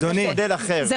אפשר ללכת על חמש?